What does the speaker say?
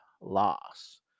loss